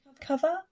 cover